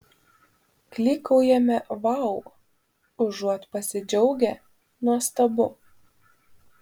klykaujame vau užuot pasidžiaugę nuostabu